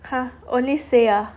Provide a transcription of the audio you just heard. !huh! only say ah